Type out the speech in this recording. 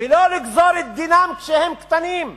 ולא לגזור את דינם כשהם קטנים.